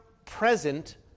present